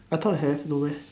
I thought have no meh